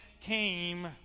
came